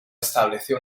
estableció